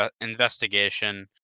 investigation